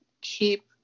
keep